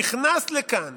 נכנס לכאן